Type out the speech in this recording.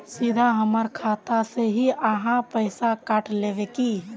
सीधा हमर खाता से ही आहाँ पैसा काट लेबे की?